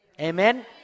Amen